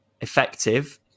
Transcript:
effective